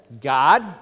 God